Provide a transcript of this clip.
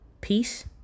peace